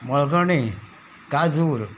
Malkarne काजूर